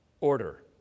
order